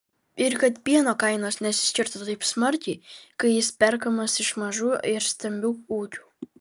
ir kad pieno kainos nesiskirtų taip smarkiai kai jis perkamas iš mažų ir stambių ūkių